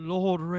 Lord